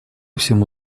всему